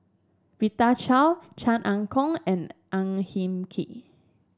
Rita Chao Chan Ah Kow and Ang Hin Kee